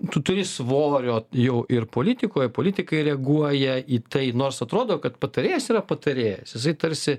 tu turi svorio jau ir politikoj politikai reaguoja į tai nors atrodo kad patarėjas yra patarėjas jisai tarsi